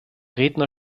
redner